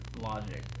Logic